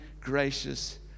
gracious